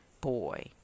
boy